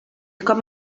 com